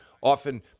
often